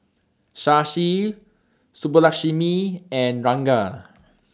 Shashi Subbulakshmi and Ranga